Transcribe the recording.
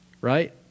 right